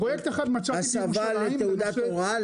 הסבה לתעודת הוראה?